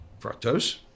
Fructose